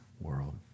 world